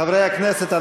חברי הכנסת,